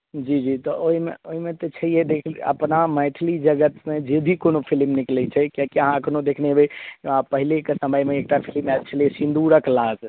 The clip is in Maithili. जी जी तऽ ओहिमे ओहिमे तऽ छैयै देख लियो अपना मैथिली जगतमे जे भी कोनो फिलिम निकलै छै किए कि अहाँ अखनौ देखने हेबै पहिलेके समयमे एकटा फिलिम आयल छलै सिन्दूरक लाज